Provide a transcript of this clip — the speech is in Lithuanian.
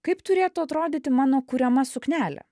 kaip turėtų atrodyti mano kuriama suknelė